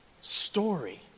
story